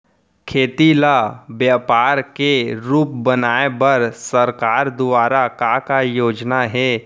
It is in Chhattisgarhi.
खेती ल व्यापार के रूप बनाये बर सरकार दुवारा का का योजना हे?